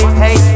hey